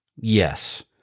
Yes